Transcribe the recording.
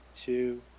two